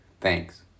Thanks